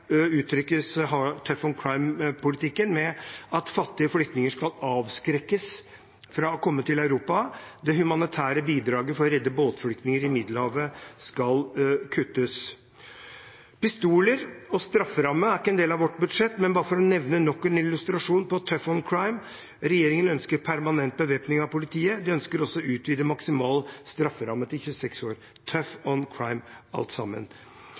uttrykkes «tough on crime»-politikken med at fattige flyktninger skal avskrekkes fra å komme til Europa. Det humanitære bidraget for å redde båtflyktninger i Middelhavet skal kuttes. Pistoler og strafferamme er ikke en del av vårt budsjett, men bare for å nevne nok en illustrasjon på «tough on crime»: Regjeringen ønsker permanent bevæpning av politiet. De ønsker også å utvide maksimal strafferamme til 26 år – «tough on crime» alt sammen.